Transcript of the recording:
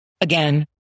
again